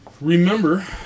Remember